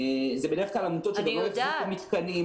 אלו בדרך כלל עמותות שלא החזיקו מתקנים,